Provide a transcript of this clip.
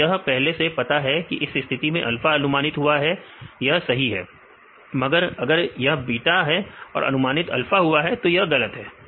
तो यह पहले से पता है इस स्थिति में अल्फा अनुमानित हुआ है यह सही है मगर अगर यह बीटा है और अनुमानित अल्फा हुआ है तो यह गलत है